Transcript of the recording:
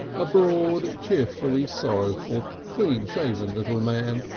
a broad, cheerfully sorrowful, clean-shaven little man,